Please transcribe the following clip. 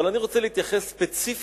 אבל אני רוצה להתייחס ספציפית